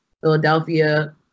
Philadelphia